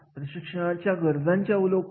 प्रत्येक कंपनी त्यांचे मापदंड वेगवेगळे ठरवू शकते